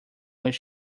when